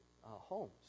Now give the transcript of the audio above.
homes